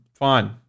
Fine